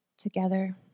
Together